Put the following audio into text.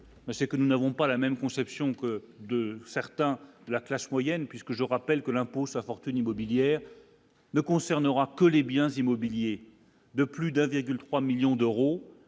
que nous n'avons pas la même conception de certains, la classe moyenne, puisque je rappelle que l'impôt sa fortune immobilière ne concernera que les biens immobiliers de plus d'1,3 millions d'euros,